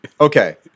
Okay